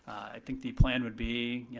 i think the plan would be, you know,